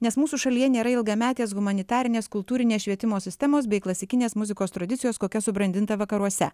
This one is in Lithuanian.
nes mūsų šalyje nėra ilgametės humanitarinės kultūrinės švietimo sistemos bei klasikinės muzikos tradicijos kokia subrandinta vakaruose